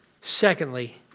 Secondly